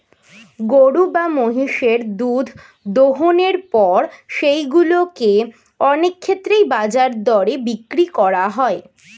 গরু বা মহিষের দুধ দোহনের পর সেগুলো কে অনেক ক্ষেত্রেই বাজার দরে বিক্রি করা হয়